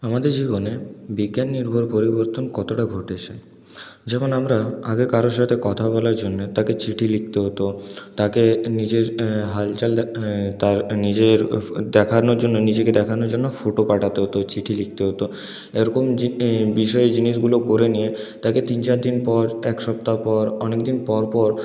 আমাদের জীবনে বিজ্ঞান নির্ভর পরিবর্তন কতটা ঘটেছে যেমন আমরা আগে কারোর সাথে কথা বলার জন্যে তাকে চিঠি লিখতে হতো তাকে নিজের হালচাল তার নিজের দেখানোর জন্য নিজেকে দেখানোর জন্য ফোটো পাঠাতে হতো চিঠি লিখতে হতো এরকম জিনি বিষয় জিনিসগুলো করে নিয়ে তাকে তিন চারদিন পর এক সপ্তাহ পর অনেকদিন পরপর